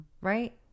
Right